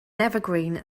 evergreen